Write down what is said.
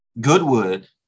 Goodwood